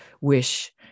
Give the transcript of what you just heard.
wish